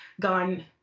gone